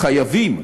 חייבים,